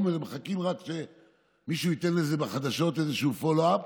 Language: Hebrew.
ומחכים רק שמישהו ייתן בחדשות איזה follow up,